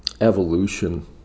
evolution